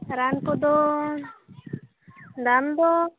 ᱨᱟᱱ ᱠᱚᱫᱚ ᱫᱟᱢ ᱫᱚ